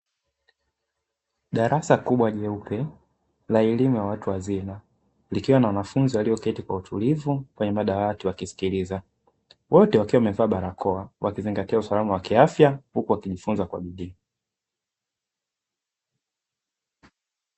Darasa kubwa jeupe la elimu ya watu wazima, likiwa na wanafunzi walioketi kwa utulivu kwenye madawati wakisikiliza, wote wakiwa wamevaa barakoa wakizingatia usalama wa kiafya, huku wakijifunza kwa bidii.